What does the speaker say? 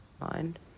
mind